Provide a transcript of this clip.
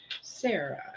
Sarah